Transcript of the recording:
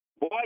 boy